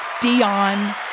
Dion